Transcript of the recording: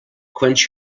quench